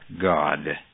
God